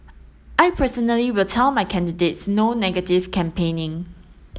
I personally will tell my candidates no negative campaigning